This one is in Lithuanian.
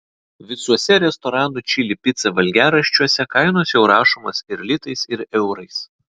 visuose restoranų čili pica valgiaraščiuose kainos jau rašomos ir litais ir eurais